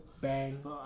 Bang